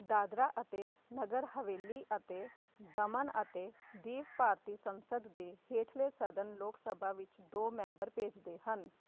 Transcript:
ਦਾਦਰਾ ਅਤੇ ਨਗਰ ਹਵੇਲੀ ਅਤੇ ਦਮਨ ਅਤੇ ਦੀਉ ਭਾਰਤੀ ਸੰਸਦ ਦੇ ਹੇਠਲੇ ਸਦਨ ਲੋਕ ਸਭਾ ਵਿੱਚ ਦੋ ਮੈਂਬਰ ਭੇਜਦੇ ਹਨ